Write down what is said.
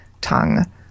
tongue